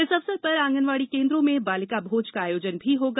इस अवसर पर ऑगनवाड़ी केन्द्रों में बालिका भोज का आयोजन भी होगा